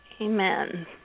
Amen